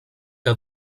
que